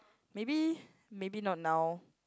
maybe maybe not now